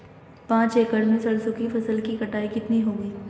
पांच एकड़ में सरसों की फसल की कटाई कितनी होगी?